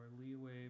leeway